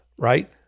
right